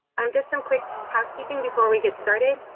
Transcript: um just some quick housekeeping before we get started.